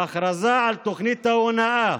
ההכרזה על תוכנית ההונאה